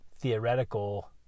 theoretical